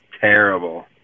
terrible